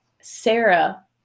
Sarah